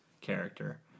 character